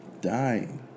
dying